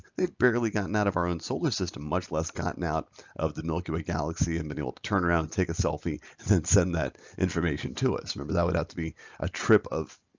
they've barely gotten out of our own solar system, much less gotten out of the milky way galaxy and been able to turn around take a selfie and then send that information to us. remember that would have to be a trip of,